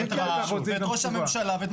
את ראש הממשלה ואת שר הביטחון.